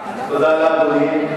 תודה לאדוני.